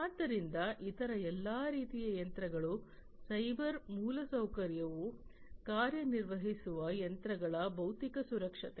ಆದ್ದರಿಂದ ಇತರ ಎಲ್ಲಾ ರೀತಿಯ ಯಂತ್ರಗಳು ಸೈಬರ್ ಮೂಲಸೌಕರ್ಯವು ಕಾರ್ಯನಿರ್ವಹಿಸುವ ಯಂತ್ರಗಳ ಭೌತಿಕ ಸುರಕ್ಷತೆ